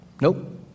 Nope